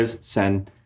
Sen